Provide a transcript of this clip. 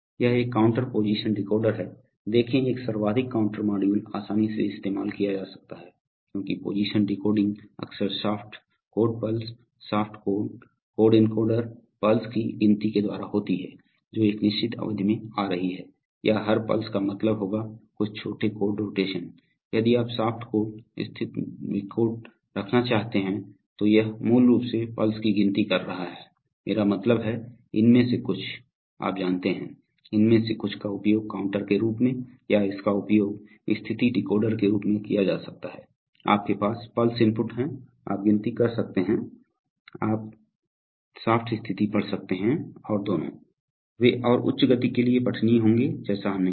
यह एक counter position decoder है देखें एक सर्वाधिक काउंटर मॉड्यूल आसानी से इस्तेमाल किया जा सकता है क्योंकि पोजिशन डिकोडिंग अक्सर शाफ्ट कोण पल्स शाफ्ट कोण कोण एनकोडर पल्स की गिनती के द्वारा होती है जो एक निश्चित अवधि में आ रही हैं या हर पल्स का मतलब होगा कुछ छोटे कोण रोटेशन यदि आप शाफ्ट कोण स्थिति विकोडक रखना चाहते हैं तो यह मूल रूप से पल्स की गिनती कर रहा है मेरा मतलब है इनमें से कुछ आप जानते हैं इनमें से कुछ का उपयोग काउंटर के रूप में या इसका उपयोग स्थिति डिकोडर के रूप में किया जा सकता है आपके पास पल्स इनपुट हैं आप गिनती कर सकते हैं या आप शाफ्ट स्थिति पढ़ सकते हैं और दोनों वे और उच्च गति के लिए पठनीय होंगे जैसा हमने कहा